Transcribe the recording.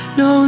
no